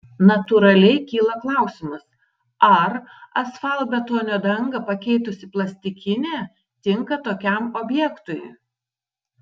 natūraliai kyla klausimas ar asfaltbetonio dangą pakeitusi plastikinė tinka tokiam objektui